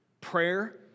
prayer